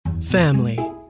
Family